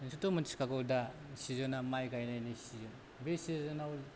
नोंसोरथ' मोन्थिखागौ दा सिजोना माइ गायनायनि सिजोन बे सिजोनाव